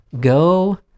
go